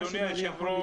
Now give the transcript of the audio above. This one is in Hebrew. אדוני היושב ראש,